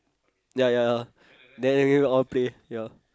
ya ya ya then in the end we all play ya